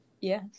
Yes